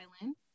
island